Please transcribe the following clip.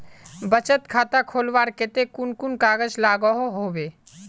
बचत खाता खोलवार केते कुन कुन कागज लागोहो होबे?